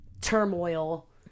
turmoil